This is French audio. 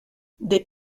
des